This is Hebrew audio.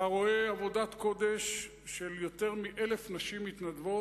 אתה רואה עבודת קודש של יותר מ-1,000 נשים מתנדבות,